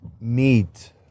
meet